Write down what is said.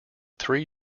three